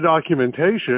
documentation